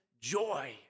Joy